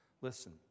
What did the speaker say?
Listen